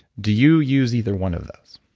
do you use either one of those?